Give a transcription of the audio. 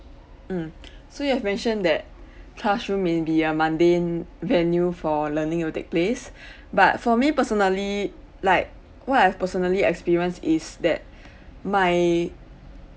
mm so you have mentioned that classroom may be a mundane venue for learning will take place but for me personally like what I've personally experience is that my